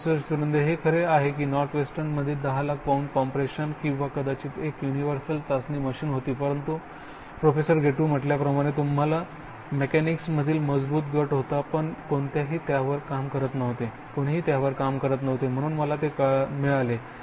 professor Surendra हे खरे आहे की नॉर्थवेस्टर्नमध्ये 1000000 पौंड कॉम्प्रेशन किंवा कदाचित एक युनिवेर्सल चाचणी मशीन होती परंतु प्रोफेसर गेटूने म्हटल्याप्रमाणे तुम्हाला मेकॅनिक्समधील मजबूत गट होता पण कोणीही त्यावर काम करत नव्हते म्हणून मला ते मिळाले